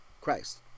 Christ